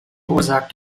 veroorzaakt